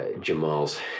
jamal's